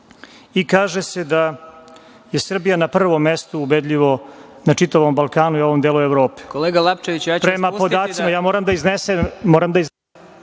i kaže se da je Srbija na prvom mestu ubedljivo na čitavom Balkanu i u ovom delu Evrope…